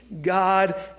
God